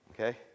Okay